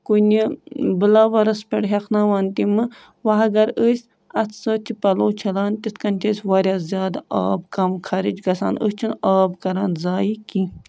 کُنہِ بٕلاوَرَس پٮ۪ٹھ ہٮ۪کھناوان تِمہٕ وَ اَگر أسۍ اَتھٕ سۭتۍ چھِ پَلو چھلان تِتھ کٔنۍ چھِ أسۍ واریاہ زیادٕ آب کَم خرٕچ گژھان أسۍ چھِنہٕ آب کر زایہِ کیٚنٛہہ